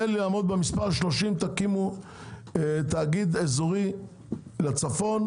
לעמוד במספר 30 - תקימו תאגיד אזורי לצפון,